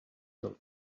del